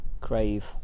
crave